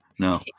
No